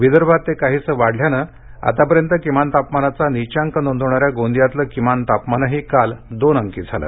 विदर्भात ते काहिसं वाढल्यानं आतापर्यंत किमान तापमानाचा निचांक नोंदवणार्या गोंदियातलं किमान तापमानही काल दोन अंकी झालं